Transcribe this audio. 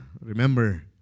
Remember